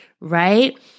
right